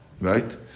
Right